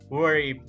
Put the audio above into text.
worry